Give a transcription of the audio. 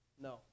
No